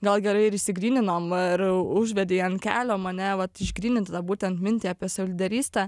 gal gerai ir išsigryninom ar užvedei ant kelio mane vat išgryninti būtent mintį apie savilyderystę